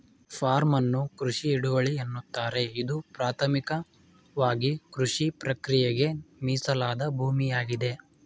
form ಅನ್ನು ಕೃಷಿ ಹಿಡುವಳಿ ಎನ್ನುತ್ತಾರೆ ಇದು ಪ್ರಾಥಮಿಕವಾಗಿಕೃಷಿಪ್ರಕ್ರಿಯೆಗೆ ಮೀಸಲಾದ ಭೂಮಿಯಾಗಿದೆ